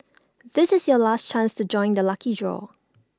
this is your last chance to join the lucky draw